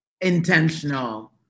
intentional